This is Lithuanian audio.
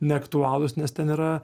neaktualūs nes ten yra